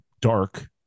dark